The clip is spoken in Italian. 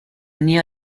unì